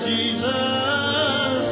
Jesus